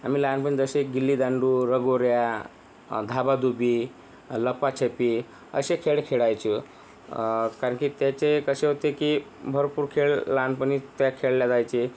आम्ही लहानपणी जसे गिल्ली दांडू लगोऱ्या धाबाधुबी लपाछपी असे खेळ खेळायचो कारण की त्याचे कसे होते की भरपूर खेळ लहानपणी त्या खेळला जायचे